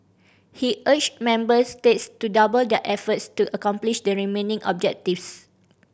he urged member states to double their efforts to accomplish the remaining objectives